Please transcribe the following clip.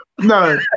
No